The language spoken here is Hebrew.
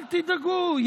אל תדאגו,